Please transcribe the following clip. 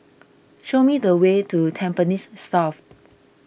show me the way to Tampines South